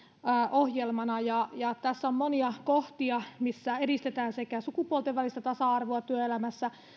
ohjelmana tässä on monia kohtia missä sekä edistetään sukupuolten välistä tasa arvoa työelämässä